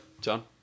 John